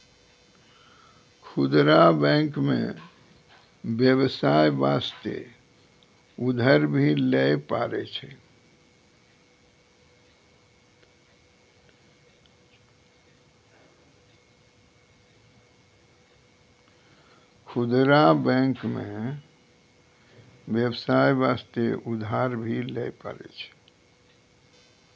खुदरा बैंक मे बेबसाय बास्ते उधर भी लै पारै छै